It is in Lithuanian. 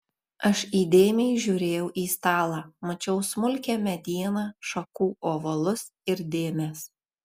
aš įdėmiai žiūrėjau į stalą mačiau smulkią medieną šakų ovalus ir dėmes